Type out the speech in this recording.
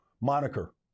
moniker